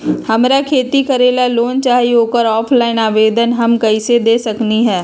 हमरा खेती करेला लोन चाहि ओकर ऑफलाइन आवेदन हम कईसे दे सकलि ह?